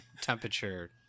temperature